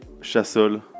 Chassol